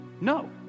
no